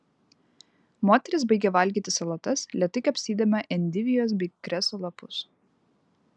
moteris baigė valgyti salotas lėtai kapstydama endivijos bei kreso lapus